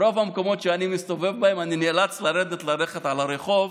ברוב המקומות שאני מסתובב בהם אני נאלץ לרדת וללכת ברחוב,